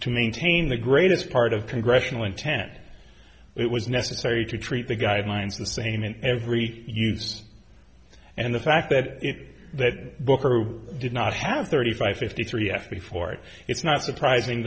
to maintain the greatest part of congressional intent it was necessary to treat the guidelines the same in every use and the fact that in that book or did not have thirty five fifty three s before it it's not surprising